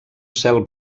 cel